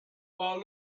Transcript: while